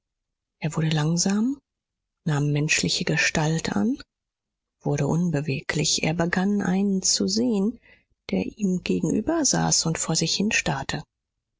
er wurde langsam nahm menschliche gestalt an und wurde unbeweglich er begann einen zu sehen der ihm gegenübersaß und vor sich